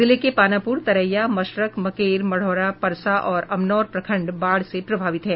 जिले के पानापुर तरैया मशरक मकेर मढ़ौरा परसा और अमनौर प्रखंड बाढ़ से प्रभावित है